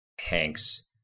Hank's